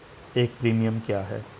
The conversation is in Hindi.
एक प्रीमियम क्या है?